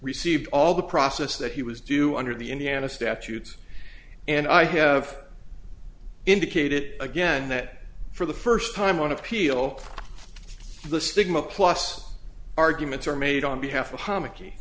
received all the process that he was due under the indiana statute and i have indicated again that for the first time on appeal the stigma plus arguments are made on behalf of